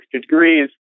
degrees